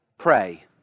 pray